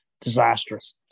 disastrous